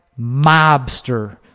mobster